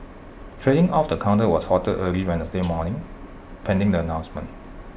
trading of the counter was halted early Wednesday morning pending the announcement